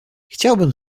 chciałbym